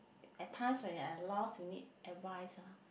at times when you're at lost you need advice ah